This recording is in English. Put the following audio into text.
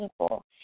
people